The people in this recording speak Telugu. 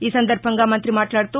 ఈ సందర్భంగా మంత్రి మాట్లాడుతూ